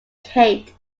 kate